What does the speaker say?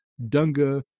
Dunga